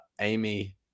Amy